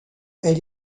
elle